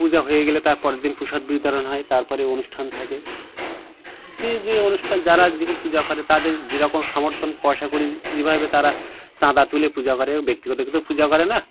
পূজা হয়ে গেলে তার পরের দিন প্রসাদ বিতরণ হয় তার পরে অনুষ্ঠান থাকে যে যে অনুষ্ঠান যারা যিনি পূজা করেন তাদের যে রকম সামর্থ্য পয়সাকড়ি যে ভাবে তারা চাঁদা তুলে পূজা করে ব্যক্তিগত কেউ তো পূজা করে না